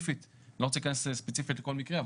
אני לא רוצה להיכנס ספציפית לכל מקרה,